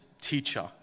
teacher